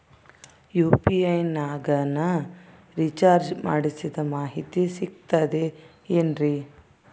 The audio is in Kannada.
ಯು.ಪಿ.ಐ ನಾಗ ನಾ ರಿಚಾರ್ಜ್ ಮಾಡಿಸಿದ ಮಾಹಿತಿ ಸಿಕ್ತದೆ ಏನ್ರಿ?